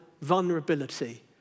vulnerability